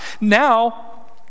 Now